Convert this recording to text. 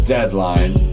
Deadline